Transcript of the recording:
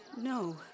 No